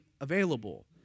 available